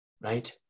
right